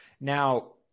now